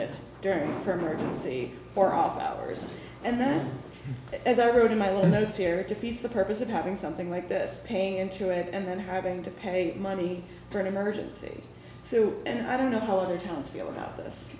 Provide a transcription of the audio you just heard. it during term or didn't see or off hours and then as i wrote in my let's hear it defeats the purpose of having something like this paying into it and then having to pay money for an emergency so and i don't know how other towns feel about this